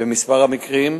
במספר המקרים,